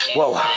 Whoa